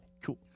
cool